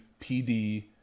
pd